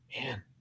man